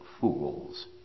fools